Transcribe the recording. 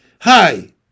Hi